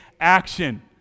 action